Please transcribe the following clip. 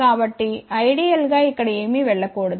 కాబట్టి ఐడియల్ గా ఇక్కడ ఏమీ వెళ్ళ కూడదు